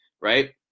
right